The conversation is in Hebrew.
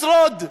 לשרוד.